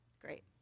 Great